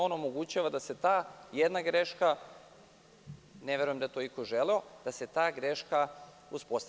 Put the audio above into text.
On omogućava da se ta jedna greška, ne verujem da je iko želeo da se ta greška uspostavi.